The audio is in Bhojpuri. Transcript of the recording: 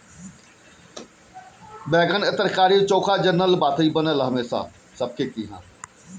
बैगन से तरकारी, चोखा, कलउजी सब कुछ बनेला